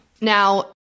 Now